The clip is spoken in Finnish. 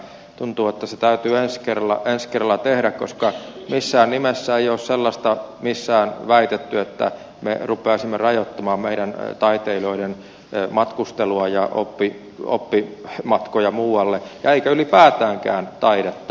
tuntuu että se täytyy ensi kerralla tehdä koska missään nimessä ei ole sellaista missään väitetty että me rupeaisimme rajoittamaan meidän taiteilijoidemme matkustelua ja oppimatkoja muualle ja ylipäätäänkään taidetta